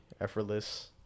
effortless